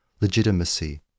legitimacy